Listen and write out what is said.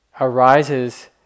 arises